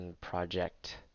project